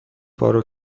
پارو